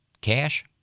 Cash